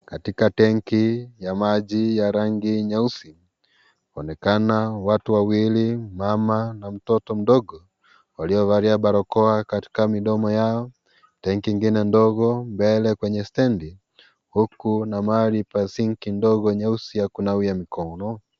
Katika tenki ya maji ya rangi nyeusi, paonekana watu wawili, mama na mtoto mdogo, waliovalia barakoa katika midomo yao. Tenki ingine ndogo mbele kwenye stendi huku na mahali pa sinki ndogo nyeusi ya kunawia mikono.